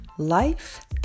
Life